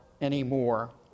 anymore